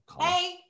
Hey